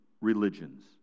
religions